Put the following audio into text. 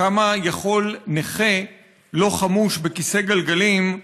כמה יכול נכה לא חמוש בכיסא גלגלים,